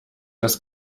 das